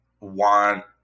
want